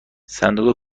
صندوق